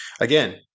again